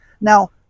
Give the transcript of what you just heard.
Now